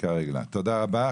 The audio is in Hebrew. תודה רבה.